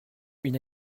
une